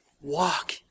Walk